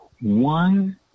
One